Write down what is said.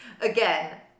Again